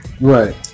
right